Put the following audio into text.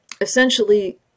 essentially